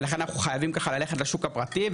לכן אנחנו חייבים ללכת לשוק הפרטי.